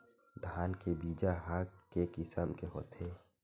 धान के बीजा ह के किसम के होथे?